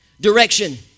direction